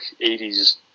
80s